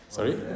Sorry